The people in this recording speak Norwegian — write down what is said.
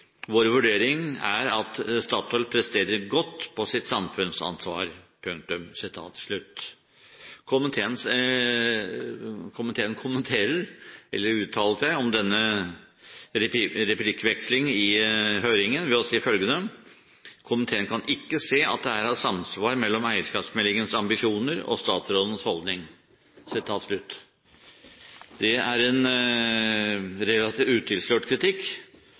vurdering er at Statoil presterer godt på sitt samfunnsansvar Komiteen uttalte seg om denne replikkvekslingen i høringen ved å si følgende: «Komiteen kan ikke se at det er samsvar mellom eierskapsmeldingens ambisjoner og statsrådens holdning.» Det er en relativt utilslørt kritikk.